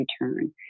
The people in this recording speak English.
return